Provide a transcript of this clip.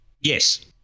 Yes